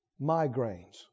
migraines